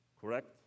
correct